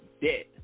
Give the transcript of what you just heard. debt